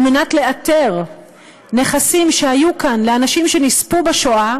על מנת לאתר נכסים שהיו כאן לאנשים שנספו בשואה,